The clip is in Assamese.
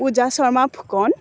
পূজা শৰ্মা ফুকন